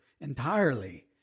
entirely